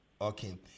okay